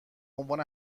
عنوان